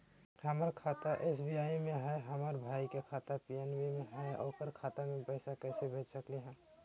हमर खाता एस.बी.आई में हई, हमर भाई के खाता पी.एन.बी में हई, ओकर खाता में पैसा कैसे भेज सकली हई?